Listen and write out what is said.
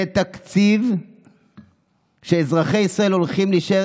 זה תקציב שאזרחי ישראל הולכים להישאר